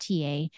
TA